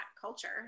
culture